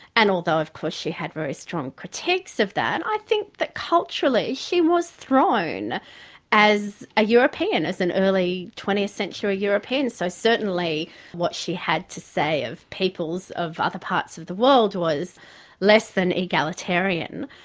and although of course she had very strong critiques of that, i think that culturally she was thrown as a european, as an early twentieth century european. so certainly what she had to say of peoples of other parts of the world was less than egalitarian.